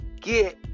get